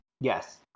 Yes